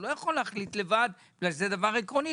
הוא לא יכול להחליט לבד כי זה דבר עקרוני.